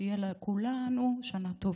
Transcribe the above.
שתהיה לכולנו שנה טובה.